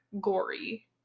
gory